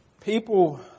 People